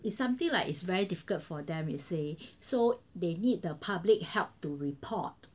it's something like it's very difficult for them you see so they need the public help to report